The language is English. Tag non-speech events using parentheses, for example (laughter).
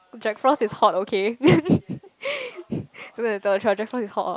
Jack-Frost is hot okay (laughs) sooner or later Jack-Frost is hot